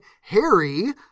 Harry